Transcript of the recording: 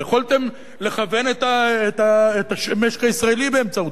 יכולתם לכוון את המשק הישראלי באמצעותו,